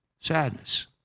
sadness